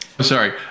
Sorry